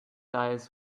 eyes